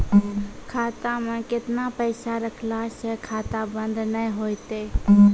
खाता मे केतना पैसा रखला से खाता बंद नैय होय तै?